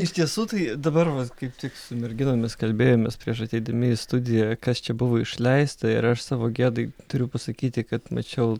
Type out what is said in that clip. iš tiesų tai dabar kaip tik su merginomis kalbėjomės prieš ateidami į studiją kas čia buvo išleista ir aš savo gėdai turiu pasakyti kad mačiau